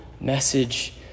message